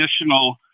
additional